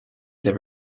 there